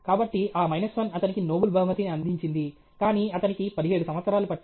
కాబట్టి ఆ మైనస్ 1 అతనికి నోబెల్ బహుమతిని అందించింది కానీ అతనికి 17 సంవత్సరాలు పట్టింది